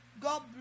god